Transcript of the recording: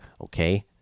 okay